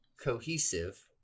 cohesive